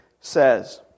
says